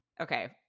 Okay